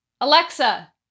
Alexa